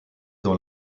dans